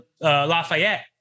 Lafayette